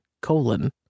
colon